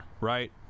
right